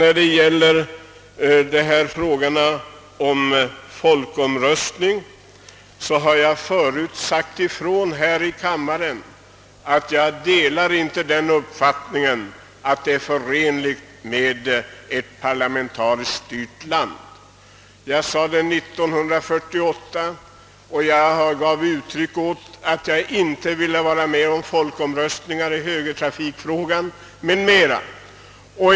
Då det gäller frågan om folkomröstning har jag tidigare här i kammaren sagt ifrån att jag inte delar uppfattningen att folkomröstningsinstitutet är förenligt med ett parlamentariskt styrelseskick. Jag sade det år 1948, och jag gav uttryck åt att jag inte ville vara med om en folkomröstning i högertrafikfrågan m.m.